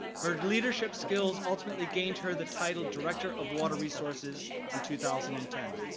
her leadership skills ultimately gained her the title director of water resources in two thousand and ten.